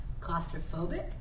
claustrophobic